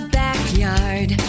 backyard